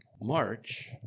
March